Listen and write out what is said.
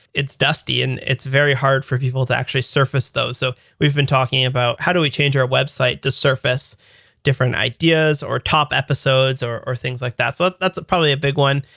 it's dusty and it's very hard for people to actually surface those. so we've been talking about how do we change our website to surface different ideas or top episodes or or things like that? like that's probably a big one.